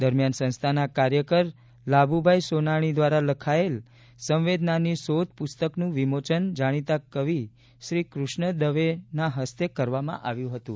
દરમિયાન સંસ્થાના કાર્યકર લાભુભાઈ સોનાણી દ્વારા લખાયેલ સંવેદનાની શોધ પુસ્તકનું વિમોચન જાણીતા કવિ શ્રી કૃષ્ણ દવે હસ્તે કરવામાં આવ્યું હતું